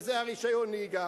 וזה רשיון הנהיגה.